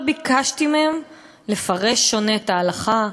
לא ביקשתי מהם לפרש שונה את ההלכה,